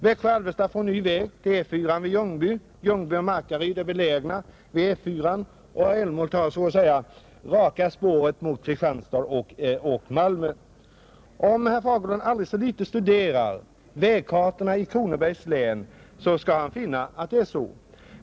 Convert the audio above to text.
Växjö-Alvesta får ny väg till E 4 vid Ljungby, Ljungby-Markaryd är belägna vid E 4, och från Älmhult är det så att säga raka spåret mot Kristianstad och Malmö, Om herr Fagerlund aldrig så litet studerar vägkartorna över Kronobergs län skall han finna att det är så.